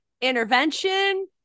Intervention